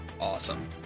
Awesome